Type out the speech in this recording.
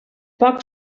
poc